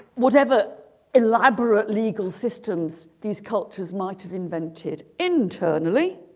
whatever elaborate legal systems these cultures might have invented internally